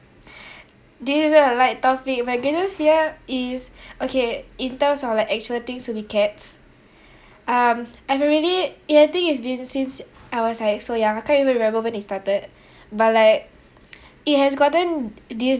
this isn't a light topic my greatest fear is okay in terms of like actual things will be cats um I've already eh I think it's been since I was like so young I can't even remember when it started but like it has gotten this